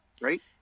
right